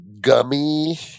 gummy